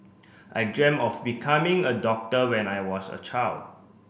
I dreamt of becoming a doctor when I was a child